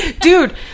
Dude